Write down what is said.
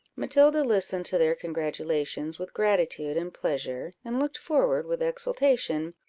matilda listened to their congratulations with gratitude and pleasure, and looked forward with exultation,